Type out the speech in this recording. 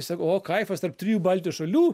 sakau o kaifas tarp trijų baltijos šalių